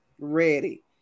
ready